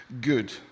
good